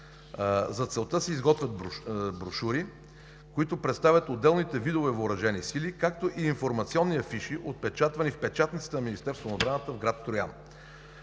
За целта се изготвят брошури, които представят отделните видове въоръжени сили, както и информационни афиши, отпечатвани в печатницата на Министерството на отбраната в град Троян.